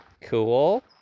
Cool